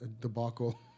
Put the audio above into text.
debacle